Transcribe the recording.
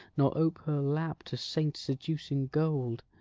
nor ope her lap to saint-seducing gold